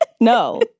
no